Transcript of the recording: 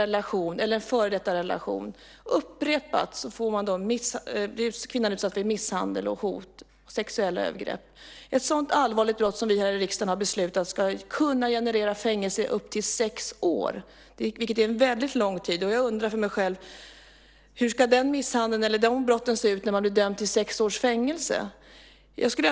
Det här handlar om fall där en man upprepade gånger kränker en kvinna där det finns ett beroendeförhållande, en relation eller där det har funnits en relation. Kvinnan blir upprepade gånger utsatt för misshandel, hot och sexuella övergrepp. Jag undrar hur en misshandel eller ett brott ska se ut för att man ska dömas till sex års fängelse.